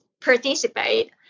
participate